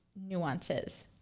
nuances